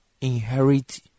inherit